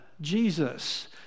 Jesus